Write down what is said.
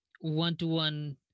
one-to-one